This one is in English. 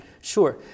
Sure